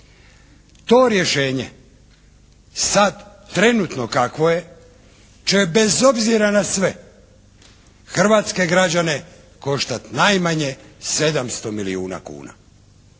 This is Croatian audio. To rješenje sad trenutno kakvo je će bez obzira na sve hrvatske građane koštati najmanje 700 milijuna kuna,